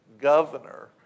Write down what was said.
governor